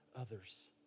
others